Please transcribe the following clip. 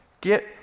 get